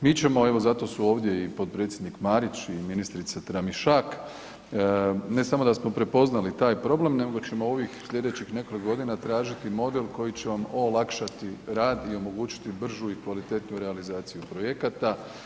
Mi ćemo, evo zato su ovdje i potpredsjednik Marić i ministrica Tramišak, ne samo da smo prepoznali taj problem, nego ćemo ovih sljedećih nekoliko godina tražiti model koji će vam olakšati rad i omogućiti bržu i kvalitetniju realizaciju projekata.